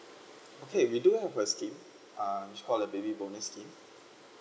okay we do have a scheme uh which called a baby bonus scheme